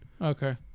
Okay